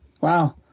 Wow